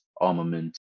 armament